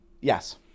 Yes